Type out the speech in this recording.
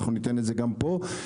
אנחנו ניתן את זה גם פה ובהמשך,